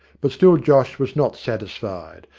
but still josh was not satisfied,